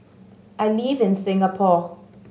I live in Singapore